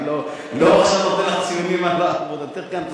אני לא נותן לך עכשיו ציונים על עבודתך כאן.